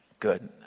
Good